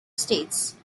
states